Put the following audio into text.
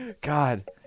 God